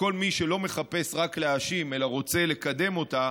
כל מי שלא מחפש רק להאשים אלא רוצה לקדם אותה